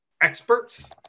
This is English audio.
experts